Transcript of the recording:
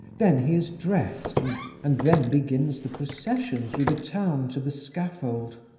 then he is dressed, and and then begins the procession through the town to the scaffold.